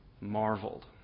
marveled